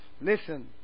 Listen